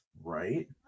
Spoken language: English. right